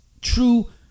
true